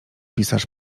pisarz